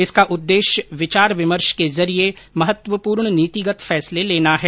इसका उद्देश्य विचार विमर्श के जरिये महत्वपूर्ण नीतिगत फैसले लेना है